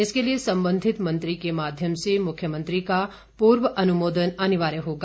इसके लिए संबंधित मंत्री के माध्यम से मुख्यमंत्री का पूर्व अनुमोदन अनिवार्य होगा